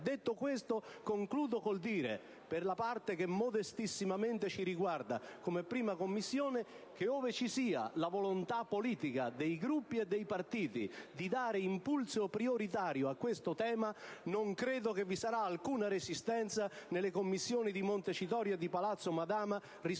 Detto questo, concludo dicendo, per la parte che modestissimamente ci riguarda come 1a Commissione, che ove ci sia la volontà politica dei Gruppi e dei partiti di dare impulso prioritario a questo tema non credo che vi sarà alcuna resistenza nelle Commissioni, di Montecitorio e di Palazzo Madama, rispetto